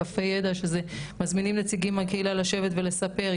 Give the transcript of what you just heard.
קפה ידע שחלק מזה זה שמזמינים אנשים מהקהילה לשבת ולספר,